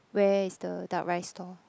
where is the duck rice stall